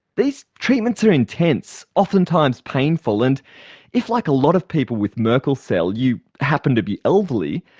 these treatments are intense, oftentimes painful and if, like a lot of people with merkel cell, you happen to be elderly,